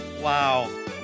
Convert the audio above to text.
wow